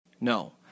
no